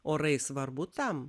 orai svarbu tam